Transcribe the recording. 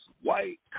white